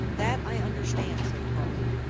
that i understand, said tarling,